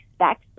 expects